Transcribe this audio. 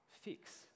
fix